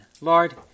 Lord